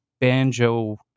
banjo